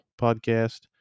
podcast